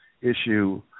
issue